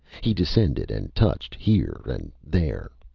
he descended and touched here and there.